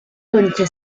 concha